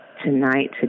tonight